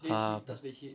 ah